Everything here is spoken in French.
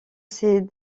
ses